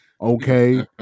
Okay